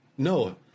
no